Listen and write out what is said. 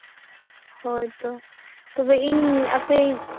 ᱦᱳᱭᱛᱳ ᱛᱚᱵᱮ ᱤᱧ ᱟᱯᱮᱭᱤᱡ